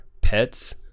pets